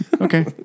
Okay